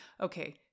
Okay